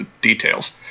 Details